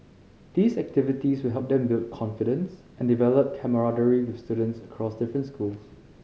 these activities will help them build confidence and develop camaraderie with students across different schools